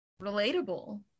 relatable